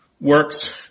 works